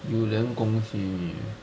you then gong simi